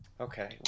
Okay